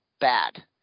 bad